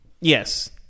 Yes